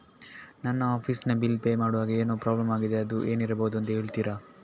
ನನ್ನ ಆಫೀಸ್ ನ bill pay ಮಾಡ್ವಾಗ ಏನೋ ಪ್ರಾಬ್ಲಮ್ ಆಗಿದೆ ಅದು ಏನಿರಬಹುದು ಅಂತ ಹೇಳ್ತೀರಾ?